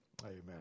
Amen